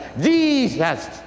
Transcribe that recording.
Jesus